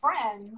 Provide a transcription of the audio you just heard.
friend